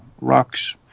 rocks